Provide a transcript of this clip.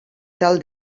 tal